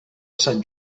sant